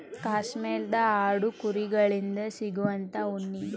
ಕಾಶ್ಮೇರದ ಆಡು ಕುರಿ ಗಳಿಂದ ಸಿಗುವಂತಾ ಉಣ್ಣಿ